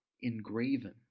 engraven